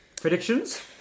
Predictions